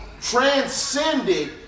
transcended